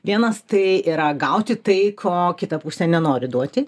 vienas tai yra gauti tai ko kita pusė nenori duoti